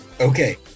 Okay